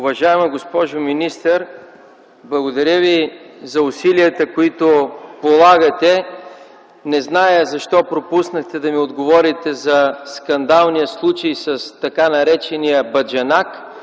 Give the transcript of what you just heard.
Уважаема госпожо министър, благодаря Ви за усилията, които полагате. Не зная защо пропуснахте да ми отговорите за скандалния случай с така наречения баджанак,